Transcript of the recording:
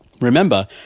Remember